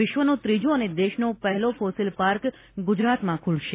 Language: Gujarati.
વિશ્વનો ત્રીજો અને દેશનો પહેલો ફોસિલ પાર્ક ગુજરાતમાં ખુલશે